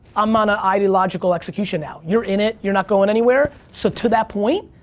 i'm on an ideological execution now. you're in it, you're not going anywhere. so, to that point,